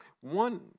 One